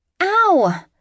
Ow